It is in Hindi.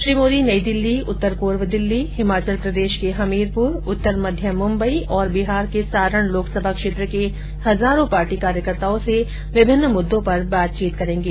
श्री मोदी नई दिल्ली उत्तर पूर्व दिल्ली हिमाचल प्रदेश के हमीरपूर उत्तर मध्य मुम्बई और बिहार के सारण लोकसभा क्षेत्र के हजारों पार्टी कार्यकर्ताओं से विभिन्न मुद्दों पर बातचीत करेंगे